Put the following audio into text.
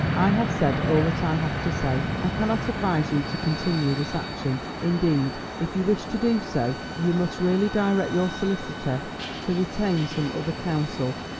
i have said all that i have to say. i cannot advise you to continue this action. indeed, if you wish to do so, you must really direct your solicitor to retain some other counsel,